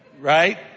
right